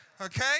Okay